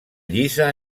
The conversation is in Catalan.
lliça